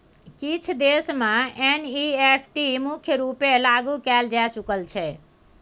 किछ देश मे एन.इ.एफ.टी मुख्य रुपेँ लागु कएल जा चुकल छै